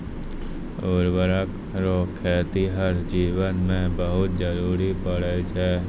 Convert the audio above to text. उर्वरक रो खेतीहर जीवन मे बहुत जरुरी पड़ै छै